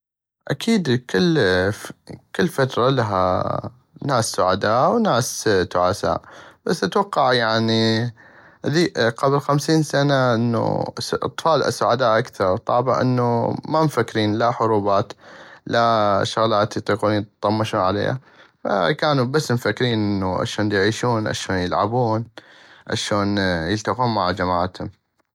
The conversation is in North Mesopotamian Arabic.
اكيد كل فترة ناس سعداء وناس تعساء بس اتوقع يعني قبل خمسين سنة انو اطفال سعداء اكثغ طابع انو ما مفكرين لا حروبات لا شغلات يطيقون يطمشون عليها فكانو بس مفكرين انو اشون ديعيشون اشون يلعبون اشون يلتقون مع جماعتم.